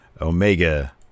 Omega